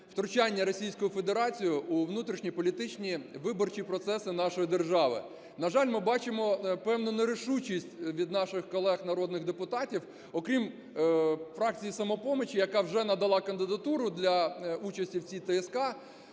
Федерації у внутрішньополітичні виборчі процеси нашої держави. На жаль, ми бачимо певну нерішучість від наших колег народних депутатів, окрім фракції "Самопомочі", яка вже надала кандидатуру для участі в цій ТСК.